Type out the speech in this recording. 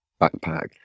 backpack